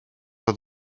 oedd